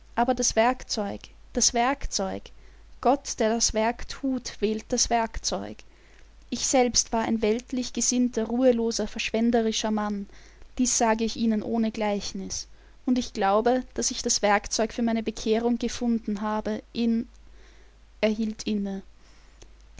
aber das werkzeug das werkzeug gott der das werk thut wählt das werkzeug ich selbst war ein weltlich gesinnter ruheloser verschwenderischer mann dies sage ich ihnen ohne gleichnis und ich glaube daß ich das werkzeug für meine bekehrung gefunden habe in er hielt inne